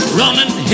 running